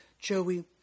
Joey